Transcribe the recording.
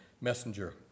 messenger